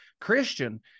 Christian